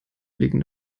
liegen